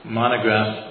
monograph